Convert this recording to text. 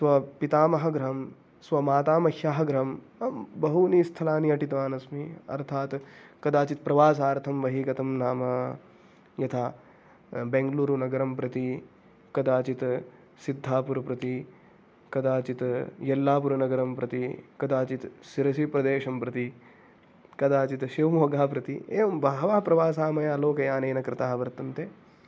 स्वपितामहगृहं स्वमातामह्याः गृहम् अहं बहूनि स्थलानि अटितवान् अस्मि अर्थात् कदाचित् प्रवासार्थं बहिः गतं नाम यथा बेङ्गलूरुनगरं प्रति कदाचित् सिद्धापुरप्रति कदाचित् यल्लापुरनगरं प्रति कदाचित् सिरसिप्रदेशं प्रति कदाचित् शिव्मोग्गा प्रति एवं बहवः प्रवासाः मया लोकयानेन कृताः वर्तन्ते